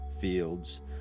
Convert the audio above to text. fields